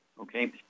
okay